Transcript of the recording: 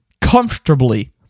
comfortably